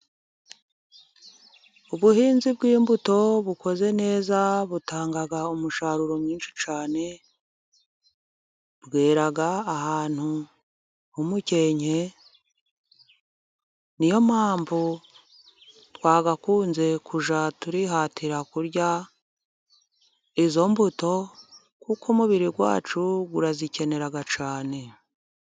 Ubuhinzi bw'imbuto bukoze neza butanga umusaruro mwinshi cyane, bwera ahantu umukenke, ni yo mpamvu twagakunze kujya twihatira kurya izo mbuto, kuko umubiri wacu urazikenera cyane.